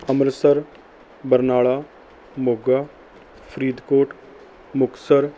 Amritsar Barnala Moga Faridkot Muktsar